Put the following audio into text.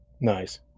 Nice